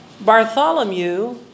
Bartholomew